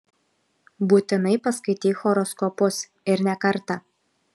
būtinai paskaityk horoskopus ir ne kartą